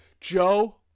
Joe